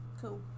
Cool